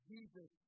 Jesus